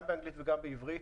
גם באנגלית וגם בעברית,